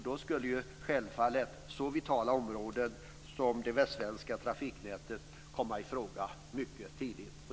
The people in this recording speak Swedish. Då skulle självfallet så vitala områden som det västsvenska trafiknätet komma i fråga mycket tidigt.